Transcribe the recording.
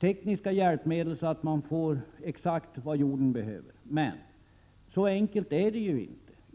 tekniska hjälpmedel så att jorden får exakt vad den behöver. Det är emellertid inte så enkelt.